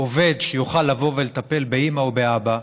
עובד שיוכל לבוא ולטפל באימא או באבא,